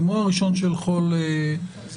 יומו הראשון של חול המועד,